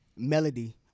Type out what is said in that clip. Melody